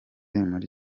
muri